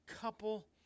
couple